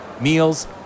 meals